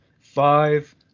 five